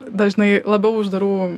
dažnai labiau uždarų